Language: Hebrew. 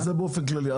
לא, זה באופן כללי.